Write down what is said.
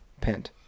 Pent